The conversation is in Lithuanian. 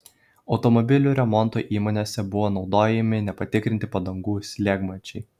automobilių remonto įmonėse buvo naudojami nepatikrinti padangų slėgmačiai